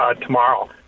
tomorrow